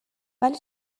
ولی